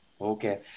Okay